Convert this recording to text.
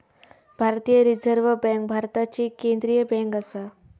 भारतीय reserve bank भारताची केंद्रीय बँक आसा